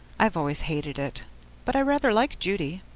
i've always hated it but i rather like judy.